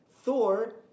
Thor